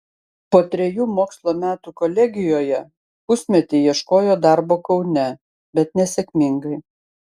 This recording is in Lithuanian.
po trejų mokslo metų kolegijoje pusmetį ieškojo darbo kaune bet nesėkmingai